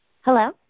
Hello